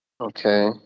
Okay